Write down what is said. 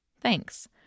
Thanks